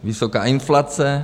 Vysoká inflace...